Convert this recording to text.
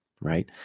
right